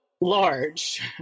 large